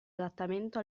adattamento